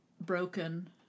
broken